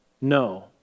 No